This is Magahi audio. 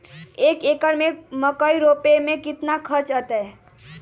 एक एकर में मकई रोपे में कितना खर्च अतै?